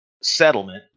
settlement